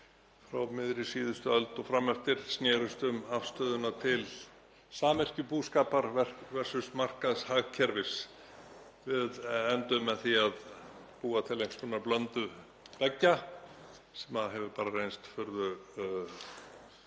frá miðri síðustu öld og fram eftir snerust um afstöðuna til samyrkjubúskapar versus markaðshagkerfis. Við enduðum með því að búa til einhvers konar blöndu beggja sem hefur reynst furðu